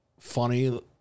Funny